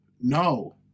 No